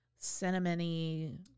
Cinnamony